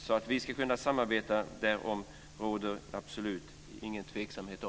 Det råder absolut ingen tveksamhet om att vi ska kunna samarbeta.